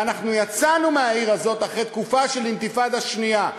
ואנחנו יצאנו מהעיר הזאת אחרי התקופה של האינתיפאדה השנייה,